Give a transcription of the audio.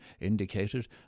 indicated